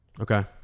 Okay